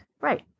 right